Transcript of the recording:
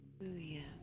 Hallelujah